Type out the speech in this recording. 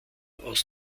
aus